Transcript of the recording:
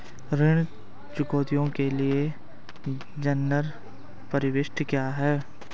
ऋण चुकौती के लिए जनरल प्रविष्टि क्या है?